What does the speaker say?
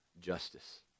justice